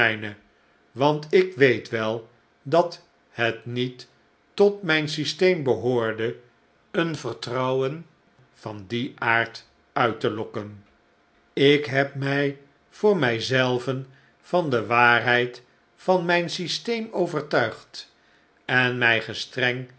want ik weet we dat het niet tot mijn systeem behoorde een vertrouwen van dien aard uit te lokken ik heb mij voor mij zelven van de waarheid van mijnmijn systeem overtuigd en mij gestreng